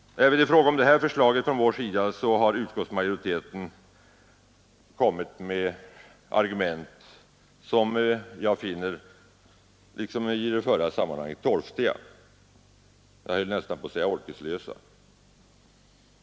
Även i fråga om detta vårt förslag har utskottsmajoriteten anfört argument som jag finner torftiga — nästan orkeslösa.